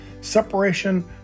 separation